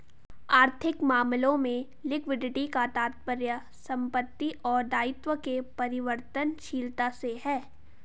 आर्थिक मामलों में लिक्विडिटी का तात्पर्य संपत्ति और दायित्व के परिवर्तनशीलता से है